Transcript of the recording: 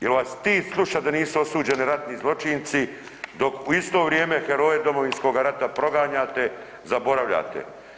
Jel' vas stid slušat da nisu osuđeni ratni zločinci, dok u isto vrijeme heroje Domovinskog rata proganjate, zaboravljate.